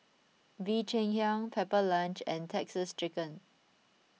Bee Cheng Hiang Pepper Lunch and Texas Chicken